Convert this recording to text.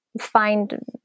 find